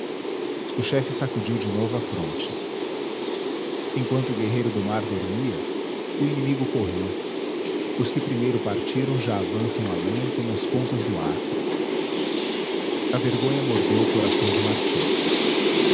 o chefe sacudiu de novo a fronte enquanto o guerreiro do mar dormia o inimigo correu os que primeiro partiram já avançam além como as pontas do arco a vergonha mordeu o coração de martim